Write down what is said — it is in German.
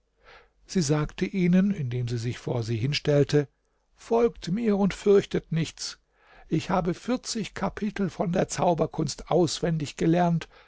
sie sagte ihnen indem sie sich vor sie hinstellte folgt mir und fürchtet nichts ich habe vierzig kapitel von der zauberkunst auswendig gelernt